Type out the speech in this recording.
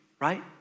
right